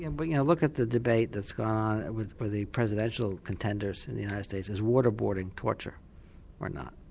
and but you know look at the debate that's gone um with the presidential contenders in the united states is water boarding torture or not?